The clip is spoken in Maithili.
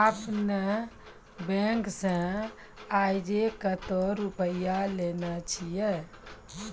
आपने ने बैंक से आजे कतो रुपिया लेने छियि?